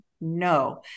no